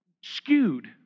skewed